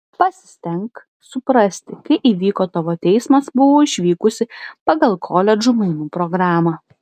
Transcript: pasistenk suprasti kai įvyko tavo teismas buvau išvykusi pagal koledžų mainų programą